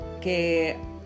que